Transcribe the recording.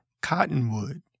Cottonwood